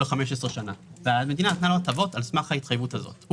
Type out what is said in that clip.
ל-15 שנים והמדינה נתנה לו הטבות על סמך ההתחייבות הזאת.